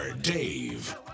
Dave